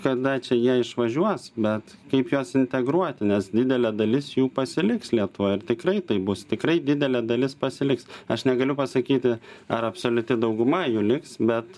kada čia jie išvažiuos bet kaip juos integruoti nes didelė dalis jų pasiliks lietuvoj ir tikrai tai bus tikrai didelė dalis pasiliks aš negaliu pasakyti ar absoliuti dauguma jų liks bet